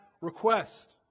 request